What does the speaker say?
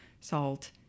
salt